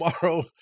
Tomorrow